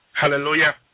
hallelujah